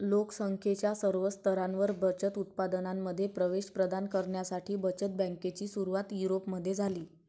लोक संख्येच्या सर्व स्तरांवर बचत उत्पादनांमध्ये प्रवेश प्रदान करण्यासाठी बचत बँकेची सुरुवात युरोपमध्ये झाली